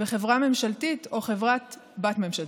חברה ממשלתית או חברה-בת ממשלתית.